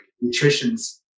nutrition's